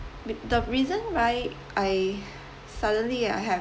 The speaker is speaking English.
the reason why I suddenly I have